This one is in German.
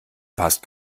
passt